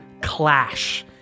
clash